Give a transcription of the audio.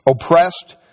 oppressed